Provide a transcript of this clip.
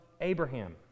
abraham